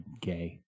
gay